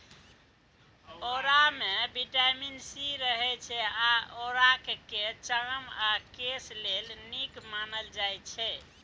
औरामे vitamin C रहय छै आ औराकेँ चाम आ केस लेल नीक मानल जाइ छै